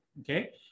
Okay